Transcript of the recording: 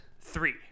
Three